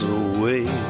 away